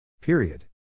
Period